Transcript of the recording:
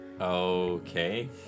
Okay